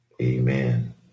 amen